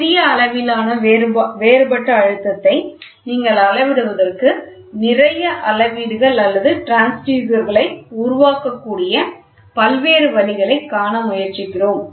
சிறிய அளவிலான வேறுபட்ட அழுத்தத்தை நீங்கள் அளவிடுவதற்கு நிறைய அளவீடுகள் அல்லது டிரான்ஸ்யூட்டர்களை உருவாக்கக்கூடிய பல்வேறு வழிகளைக் காண முயற்சிக்கிறோம்